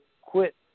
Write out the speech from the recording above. Quit